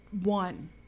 one